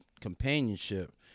companionship